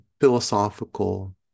philosophical